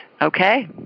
Okay